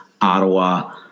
Ottawa